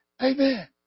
Amen